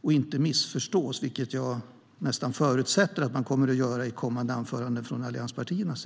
och inte missförstås, vilket jag nästan förutsätter att det kommer att göras i kommande anföranden från allianspartierna.